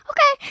Okay